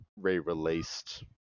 re-released